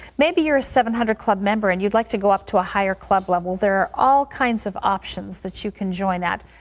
maybe you're a seven hundred club member, and you'd like to go up to a higher club level. there are all kinds of options that you can join at.